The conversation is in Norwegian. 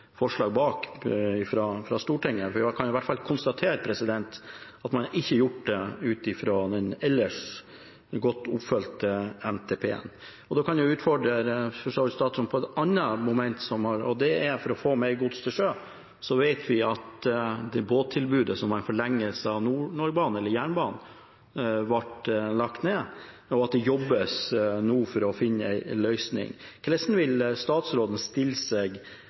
forslag med bred oppslutning i Stortinget bak. Vi kan iallfall konstatere at man ikke har gjort det ut fra den ellers godt oppfulgte NTP-en. Jeg vil utfordre statsråden på et annet moment, det å få mer gods over fra veg til sjø. Så vet vi at båttilbudet som var en forlengelse av Nordlandsbanen, ble lagt ned, og at det nå jobbes for å finne en løsning. Hvordan vil statsråden stille seg